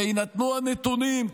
ויינתנו הנתונים,